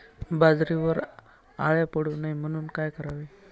बाजरीवर अळ्या पडू नये म्हणून काय करावे?